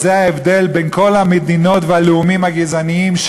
וזה ההבדל בין כל המדינות והלאומים הגזעניים,